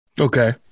Okay